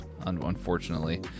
unfortunately